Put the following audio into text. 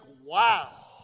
wow